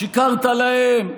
שיקרת להם?